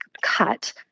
cut